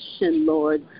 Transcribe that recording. Lord